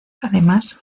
además